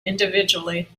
individually